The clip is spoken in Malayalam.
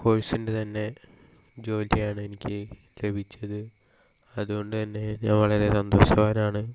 കോഴ്സിൻ്റെ തന്നെ ജോലിയാണ് എനിക്ക് ലഭിച്ചത് അതുകൊണ്ട്തന്നെ ഞാൻ വളരെ സന്തോഷവാനാണ്